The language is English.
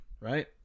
right